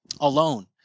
alone